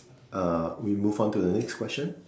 uh we move on to the next question